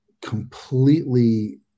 completely